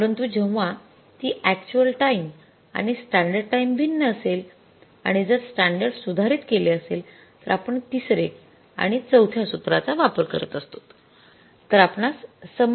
परंतु जेव्हा ती अॅक्च्युअल टाईम आणि स्टॅंडर्ड टाईम भिन्न असेल आणि जर स्टॅंडर्ड सुधारित केले असेल तर आपण तिसरे आणि चौथ्या सूत्रचा वापर करत असतोत